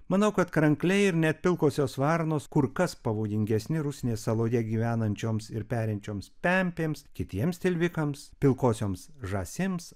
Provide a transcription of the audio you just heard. manau kad krankliai ir net pilkosios varnos kur kas pavojingesni rusnės saloje gyvenančioms ir perinčioms pempėms kitiems tilvikams pilkosioms žąsims